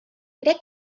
crec